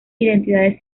identidades